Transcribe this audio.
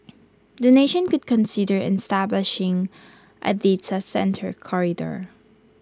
the nation should consider establishing A data centre corridor